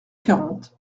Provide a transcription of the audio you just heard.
quarante